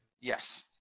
Yes